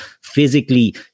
physically